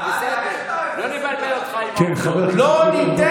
אבל בסדר, לא נבלבל אותך עם העובדות.